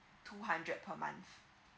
two hundred per month